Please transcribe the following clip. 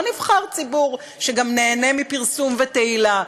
לא נבחר ציבור שגם נהנה מפרסום ותהילה.